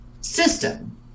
system